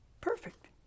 perfect